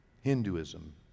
Hinduism